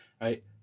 right